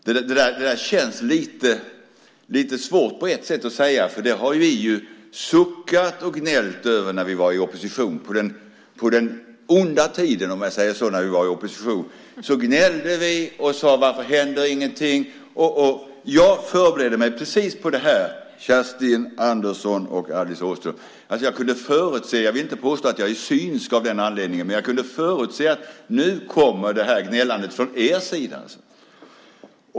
Det känns på ett sätt lite svårt att säga eftersom vi suckade och gnällde över det när vi var i opposition. På den onda tiden - om jag säger så - när vi var i opposition gnällde vi över att ingenting hände. Jag förberedde mig precis på detta, Kerstin Andersson och Alice Åström. Jag vill inte påstå att jag är synsk av den anledningen men jag kunde förutse att nu kommer gnällandet från er sida.